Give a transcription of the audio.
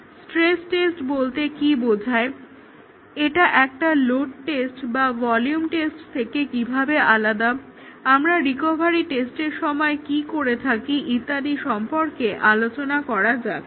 stress test বলতে কী বোঝায় এটা একটা লোড টেস্ট বা ভলিউম টেস্ট থেকে কিভাবে আলাদা আমরা রিকভারি টেস্টের সময় কি করে থাকি ইত্যাদি সম্পর্কে আলোচনা করা যাক